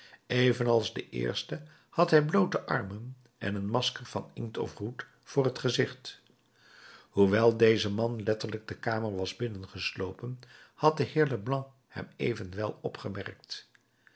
evenals de eerste had hij bloote armen en een masker van inkt of roet voor t gezicht hoewel deze man letterlijk de kamer was binnengeslopen had de heer leblanc hem evenwel opgemerkt